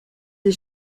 des